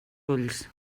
ulls